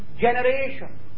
generation